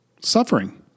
suffering